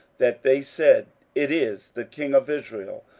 that they said, it is the king of israel.